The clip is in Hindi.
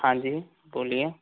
हाँ जी बोलिए